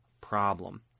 problem